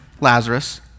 Lazarus